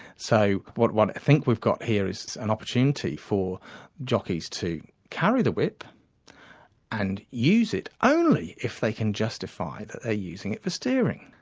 so what what i think we've got here is an opportunity for jockeys to carry the whip and use it only if they can justify that they are using it for steering,